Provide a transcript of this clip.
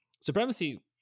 Supremacy